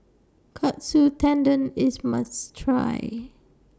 Katsu Tendon IS must Try